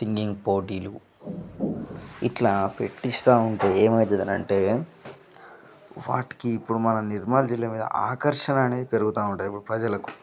singing పోటీలు ఇట్లా పెట్టిస్తూ ఉంటే ఏమైతది అంటే వాటికి ఇప్పుడు మన నిర్మల్ జిల్లా మీద ఆకర్షణ అనేది పెరుగుతా ఉంటుంది ఇప్పుడు ప్రజలకు